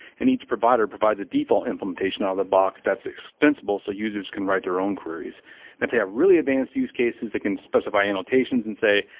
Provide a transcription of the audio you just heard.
and each provider provides a default implementation of ah the back that's extensible, so users can write their own queries they have really advanced use cases that can specify annotations and say,